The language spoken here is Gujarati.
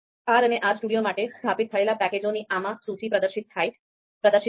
R અને R Studio માટે સ્થાપિત થયેલ પેકેજોની આમાં સૂચિ પ્રદર્શિત થશે